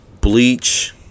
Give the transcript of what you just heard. Bleach